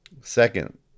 Second